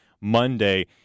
Monday